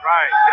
Right